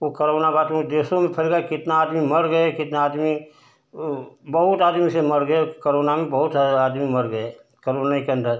ओ corona बाद में देशों में फैल गया कितना आदमी मर गए कितना आदमी बहुत आदमी जैसे मर गए करोना में बहुत आदमी मर गए करोने के अंदर